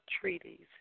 treaties